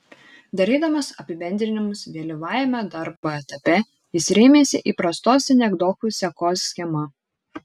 darydamas apibendrinimus vėlyvajame darbo etape jis rėmėsi įprastos sinekdochų sekos schema